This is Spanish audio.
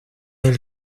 del